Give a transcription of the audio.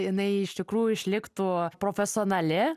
jinai iš tikrųjų išliktų profesionali